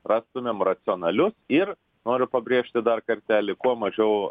rastumėm racionalius ir noriu pabrėžti dar kartelį kuo mažiau